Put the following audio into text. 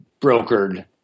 brokered